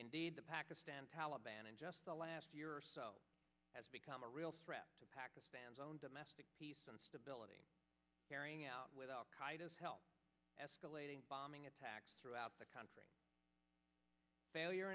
indeed the pakistan taliban in just the last year or so has become a real threat to pakistan's own domestic peace and stability carrying out without help escalating bombing attacks throughout the country failure